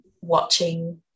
watching